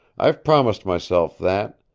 i've promised myself that.